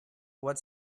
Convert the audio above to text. what